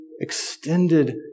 extended